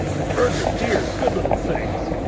and birds are dear, good little things.